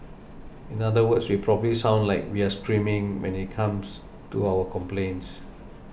in other words we probably sound like we're screaming when it comes to our complaints